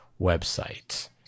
website